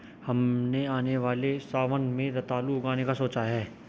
हमने आने वाले सावन में रतालू उगाने का सोचा है